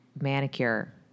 manicure